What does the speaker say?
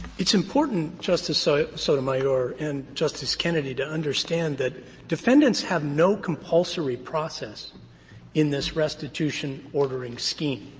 it's important, justice so sotomayor and justice kennedy, to understand that defendants have no compulsory process in this restitution-ordering scheme.